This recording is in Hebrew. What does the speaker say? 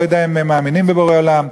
אני לא יודע אם הם מאמינים בבורא עולם,